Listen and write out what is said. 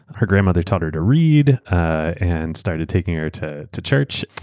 her grandmother taught her to read and started taking her to to church.